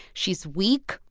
she's weak,